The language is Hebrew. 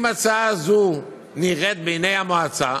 אם הצעה זו נראית בעיני המועצה,